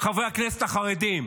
חברי הכנסת החרדים,